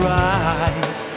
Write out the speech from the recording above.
rise